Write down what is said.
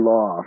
Law